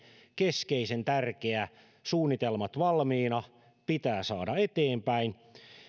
keskeisen tärkeä suunnitelmat valmiina pitää saada eteenpäin